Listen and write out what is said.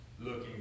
looking